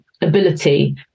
ability